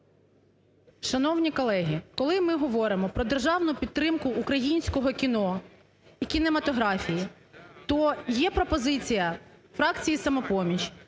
Шановні колеги, коли ми говоримо про державну підтримку українського кіно і кінематографії, то є пропозиція фракції "Самопоміч"